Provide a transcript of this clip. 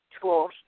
tools